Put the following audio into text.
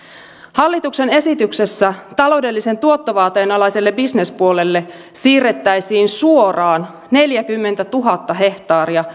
hallituksen esityksessä taloudellisen tuottovaateen alaiselle bisnespuolelle siirrettäisiin suoraan neljäkymmentätuhatta hehtaaria